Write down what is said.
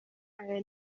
aya